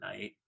night